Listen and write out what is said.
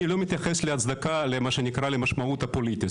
אני לא מתייחס להצדקה למה שנקרא למשמעות הפוליטית,